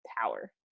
power